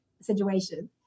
situation